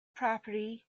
property